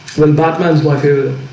when batman's like ah